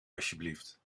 alsjeblieft